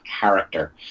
character